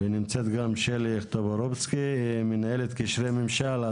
נמצאת גם שלי טופורובסקי, מנהלת קשרי ממשל.